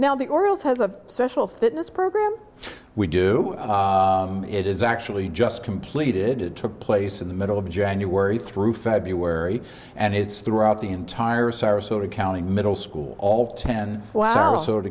now the orals has a special fitness program we do it is actually just completed it took place in the middle of january through february and it's throughout the entire sarasota county middle school all ten wow or s